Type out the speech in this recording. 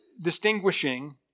distinguishing